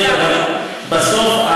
בסוף,